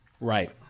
right